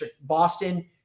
Boston